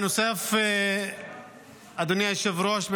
אדוני היושב-ראש,